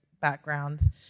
backgrounds